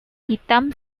hitam